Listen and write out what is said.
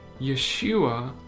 Yeshua